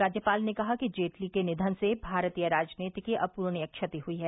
राज्यपाल ने कहा कि जेटली के निवन से भारतीय राजनीति की अपूर्णीय क्षति हुई है